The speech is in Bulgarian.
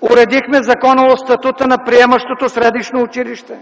уредихме законово статута на приемащото средищно училище,